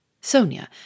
Sonia